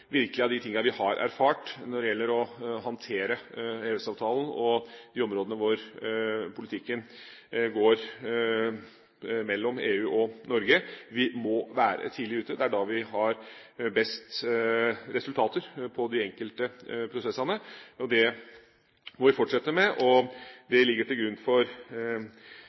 er av de tingene vi har erfart er viktig i forbindelse med å håndtere EØS-avtalen på de områdene hvor politikken går mellom EU og Norge. Vi må være tidlig ute, for det er da vi har best resultater i de enkelte prosessene. Det må vi fortsette med. Det ligger til grunn for